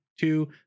two